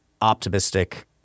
optimistic